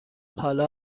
حالا